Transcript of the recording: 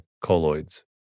Colloids